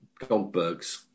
Goldbergs